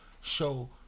show